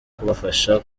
kubafasha